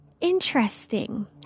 Interesting